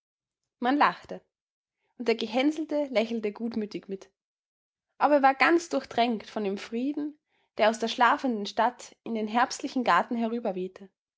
man lachte und der gehänselte lächelte gutmütig mit auch er war ganz durchtränkt von dem frieden der aus der schlafenden stadt in den herbstlichen garten